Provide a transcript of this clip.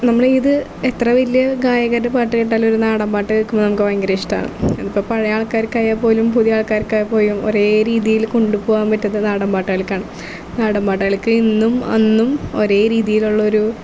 നമ്മൾ ഇത് എത്ര വലിയ ഗായകരുടെ പാട്ട് കേട്ടാലും ഒരു നാടൻ പാട്ട് കേൾക്കുമ്പോൾ നമുക്ക് ഭയങ്കര ഇഷ്ടമാണ് ഇപ്പോൾ പഴയ ആൾക്കാർക്കായാൽ പോലും പുതിയ ആൾക്കാർക്കായാൽ പോലും ഒരേ രീതിയിൽ കൊണ്ടു പോവാൻ പറ്റുന്ന നാടൻ പാട്ടുകൾക്കാണ് നാടൻ പാട്ടുകൾക്ക് ഇന്നും അന്നും ഒരേ രീതിയിലുള്ളൊരു